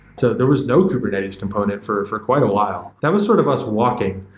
so, there was no kubernetes component for for quite a while. that was sort of us walking.